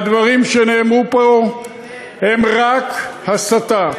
הדברים שנאמרו פה הם רק הסתה,